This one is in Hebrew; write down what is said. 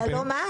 אתה לא מה?